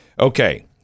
Okay